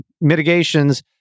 mitigations